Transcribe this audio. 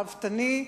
ראוותני,